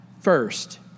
first